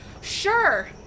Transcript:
sure